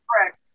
Correct